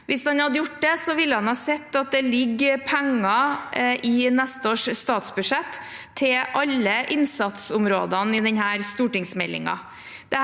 Hvis han hadde gjort det, ville han ha sett at det ligger penger i neste års statsbudsjett til alle innsatsområdene i denne stortingsmeldingen.